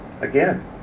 again